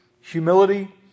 humility